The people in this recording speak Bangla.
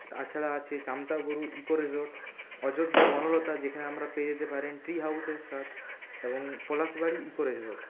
তাছাড়া আছে চামটাবুরু ইকো রিসোর্ট অযোধ্যা বনলতা যেখানে আপনারা পেয়ে যেতে পারেন ট্রি হাউসের স্বাদ এবং পলাশবাড়ি ইকো রিসোর্ট